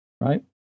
right